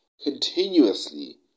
Continuously